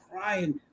crying